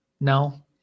No